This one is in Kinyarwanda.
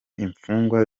imfungwa